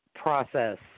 Process